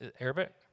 Arabic